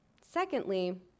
Secondly